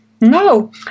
No